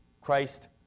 Christ